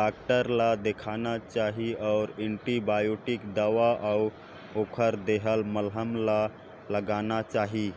doctor ल देखाना चाही अउ एंटीबायोटिक दवा अउ ओखर देहल मलहम ल लगाना चाही